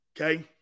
Okay